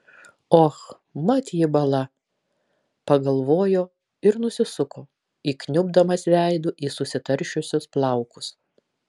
och mat jį bala pagalvojo ir nusisuko įkniubdamas veidu į susitaršiusius plaukus